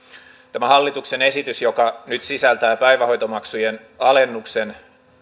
tämä hallituksen esitys joka nyt sisältää päivähoitomaksujen alennuksen